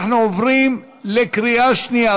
אנחנו עוברים להצבעה בקריאה שנייה.